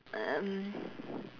um